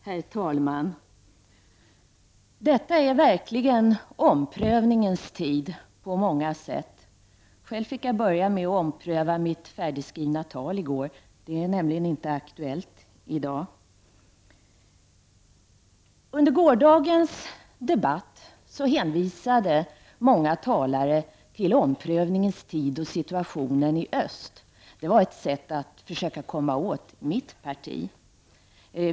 Herr talman! Detta är verkligen omprövningens tid på många sätt. Själv fick jag börja med att ompröva mitt färdigskrivna tal i går; det är nämligen inte aktuellt i dag. Under gårdagens debatt hänvisade många talare till omprövningens tid och situationen i öst. Det var ett sätt att försöka komma åt mitt parti.